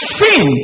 sin